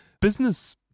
business